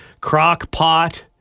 Crock-Pot